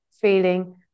feeling